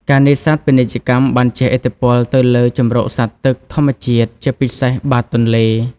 ការនេសាទពាណិជ្ជកម្មបានជះឥទ្ធិពលទៅលើ ជម្រកសត្វទឹក ធម្មជាតិ ជាពិសេសបាតទន្លេ។